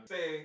Say